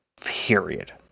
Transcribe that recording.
period